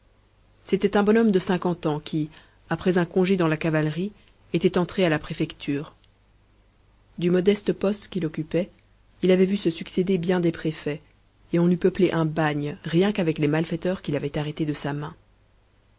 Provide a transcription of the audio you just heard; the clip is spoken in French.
c'était un bonhomme de cinquante ans qui après un congé dans la cavalerie était entré à la préfecture du modeste poste qu'il occupait il avait vu se succéder bien des préfets et on eût peuplé un bagne rien qu'avec les malfaiteurs qu'il avait arrêtés de sa main